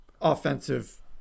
offensive